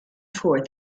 tour